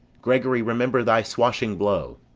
gregory, remember thy swashing blow.